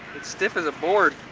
it's stiff as a board.